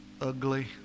ugly